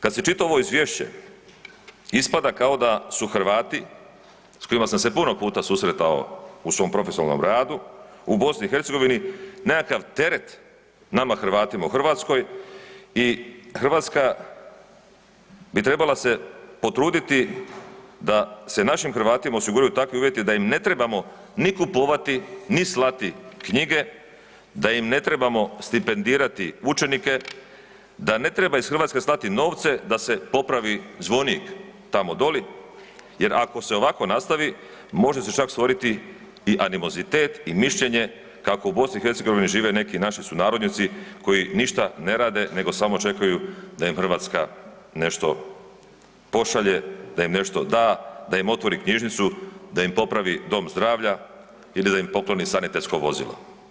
Kada se čita ovo izvješće ispada kao da su Hrvati s kojima sam se puno puta susretao u svom profesionalnom radu u BiH nekakav teret nama Hrvatima u Hrvatskoj i Hrvatska bi trebala se potruditi da se našim Hrvatima osiguraju takvi uvjeti da im ne trebamo ni kupovati, ni slati knjige, da im ne trebamo stipendirati učenike, da ne treba iz Hrvatske slati novce da se popravi zvonik tamo doli jer ako se ovako nastavi može se čak stvoriti i animozitet i mišljenje kako u BiH žive neki naši sunarodnjaci koji ništa ne rade nego samo čekaju da im Hrvatska nešto pošalje, da im nešto da, da im otvori knjižnicu, da im popravi dom zdravlja i da im pokloni sanitetsko vozilo.